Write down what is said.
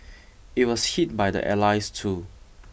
it was hit by the allies too